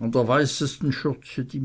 an der weißesten schürze die